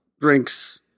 drinks